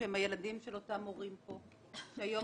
ושל ההורים שפה, קפחו את חייהם.